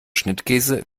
schnittkäse